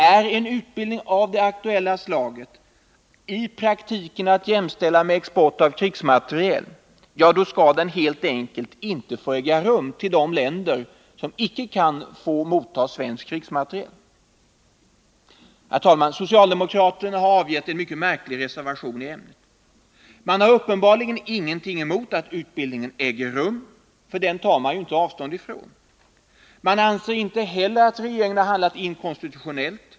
Är utbildning av det aktuella slaget i praktiken att jämställa med export av krigsmateriel, ja, då skall den helt enkelt inte få äga rum när det gäller elever från sådana länder som inte får motta svensk krigsmateriel. Herr talman! Socialdemokraterna har avgett en märklig reservation i ämnet. De har uppenbarligen inget emot att utbildningen äger rum, för den tar man inte avstånd från. De anser inte heller att regeringen har handlat inkonstitutionellt.